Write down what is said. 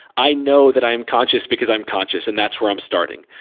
i know that i am conscious, because i'm conscious and that's where i'm starting.